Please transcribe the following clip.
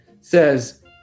says